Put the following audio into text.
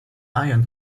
ion